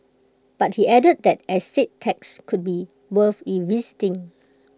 but he added that estate tax could be worth revisiting